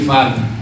Father